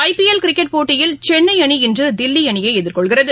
ஐ PL cricket போட்டியில் சென்னைஅணி இன்றுதில்லிஅணியைஎதிர்கொள்கிறது